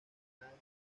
vanadio